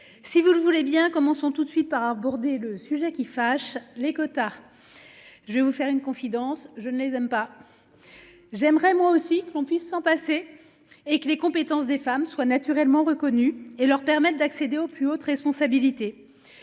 Si vous le voulez bien, commençons tout de suite par aborder le sujet qui fâche les quotas. Je vais vous faire une confidence, je ne les aime pas. J'aimerais moi aussi que l'on puisse s'en passer et que les compétences des femmes soit naturellement reconnue et leur permettent d'accéder aux plus hautes responsabilités.